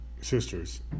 Sisters